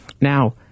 Now